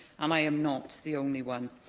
um i am not the only one.